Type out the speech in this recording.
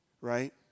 right